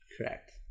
Correct